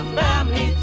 family